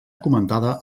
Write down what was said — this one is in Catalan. comentada